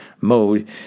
mode